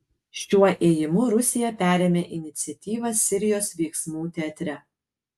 šiuo ėjimu rusija perėmė iniciatyvą sirijos veiksmų teatre